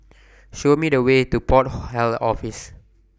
Show Me The Way to Port Health Office